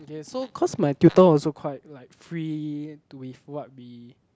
okay so cause my tutor also quite like free with what we